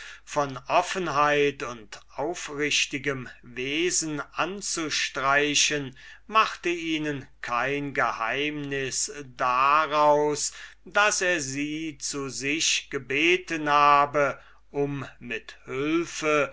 von offenheit und aufrichtigem wesen anzustreichen machte ihnen kein geheimnis daraus daß er sie zu sich gebeten habe um mit hülfe